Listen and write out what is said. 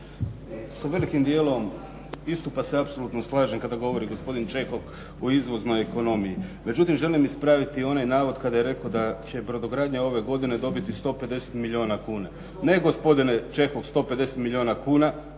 Sa velikim dijelom istupa se apsolutno slažem, kada govori gospodin Čehok o izvoznoj ekonomiji. Međutim, želim ispraviti onaj navod kada je rekao da će brodogradnja ove godine dobiti 150 milijuna kuna. Ne gospodine Čehok 150 milijuna kuna,